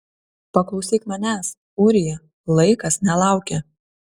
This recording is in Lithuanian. paklausyk manęs ūrija laikas nelaukia